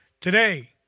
Today